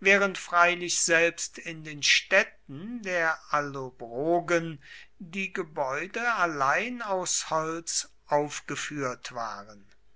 während freilich selbst in den städten der allobrogen die gebäude allein aus holz aufgeführt waren